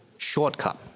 Shortcut